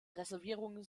reservierungen